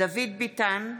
דוד ביטן,